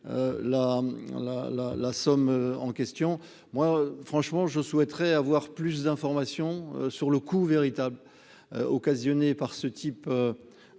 la somme en question moi franchement je souhaiterais avoir plus d'informations sur le coût véritable occasionnée par ce type